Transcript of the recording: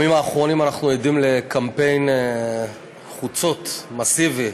בימים האחרונים אנחנו עדים לקמפיין חוצות מסיבי,